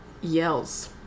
yells